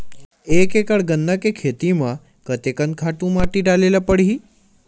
एक एकड़ गन्ना के खेती म कते कन खातु माटी डाले ल पड़ही?